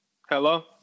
Hello